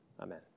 Amen